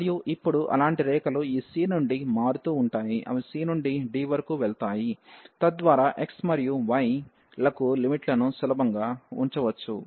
మరియు ఇప్పుడు అలాంటి రేఖలు ఈ c నుండి మారుతూ ఉంటాయి అవి c నుండి d వరకు వెళ్తాయి తద్వారా x మరియు y లకు లిమిట్ లను సులభంగా ఉంచవచ్చు